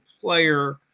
player